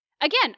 again